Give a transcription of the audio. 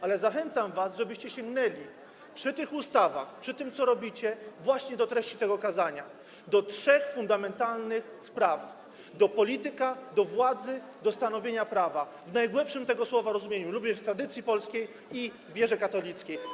Ale zachęcam was, żebyście sięgnęli przy tych ustawach, przy tym, co robicie, właśnie do treści tego kazania, do trzech fundamentalnych spraw, do kwestii polityka, władzy, stanowienia prawa, w najgłębszym tego słowa rozumieniu również w tradycji polskiej i wierze katolickiej.